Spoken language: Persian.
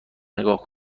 نگاه